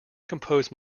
compose